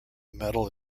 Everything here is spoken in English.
medal